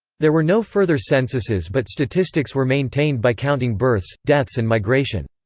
there were no further censuses but statistics were maintained by counting births, deaths and migration.